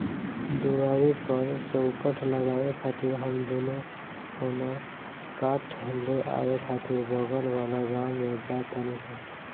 दुआरी पर चउखट लगावे खातिर हम दुनो कवनो काठ ले आवे खातिर बगल वाला गाँव में जा तानी सन